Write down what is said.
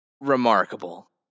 remarkable